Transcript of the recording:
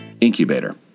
Incubator